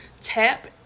Tap